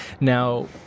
Now